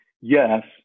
yes